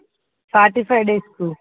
forty five డేస్కు